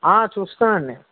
చూస్తాం అండి